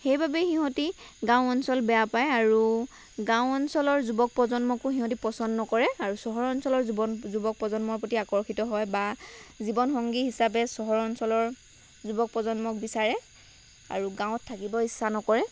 সেইবাবে সিহঁতি গাঁও অঞ্চল বেয়া পায় আৰু গাঁও অঞ্চলৰ যুৱক প্ৰজন্মকো সিহঁতি পচন নকৰে আৰু চহৰ অঞ্চলৰ যুৱন যুৱক প্ৰজন্মৰ প্ৰতি আকৰ্ষিত হয় বা জীৱনসংগী হিচাপে চহৰ অঞ্চলৰ যুৱক প্ৰজন্মক বিচাৰে আৰু গাঁৱত থাকিব ইচ্ছা নকৰে